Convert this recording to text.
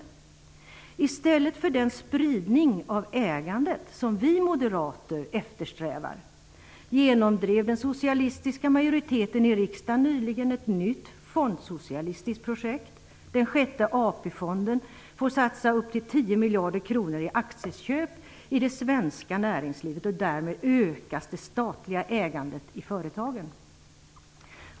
I stället för den spridning av ägandet som vi moderater eftersträvar genomdrev den socialistiska majoriteten i riksdagen nyligen ett nytt fondsocialistiskt projekt. Den sjätte AP-fonden får satsa upp till 10 miljarder kronor i aktieköp i det svenska näringslivet. Därmed ökas det statliga ägandet i företagen.